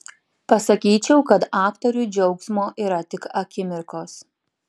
pasakyčiau kad aktoriui džiaugsmo yra tik akimirkos